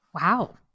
Wow